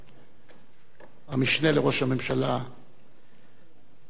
המשנה לראש הממשלה משה יעלון.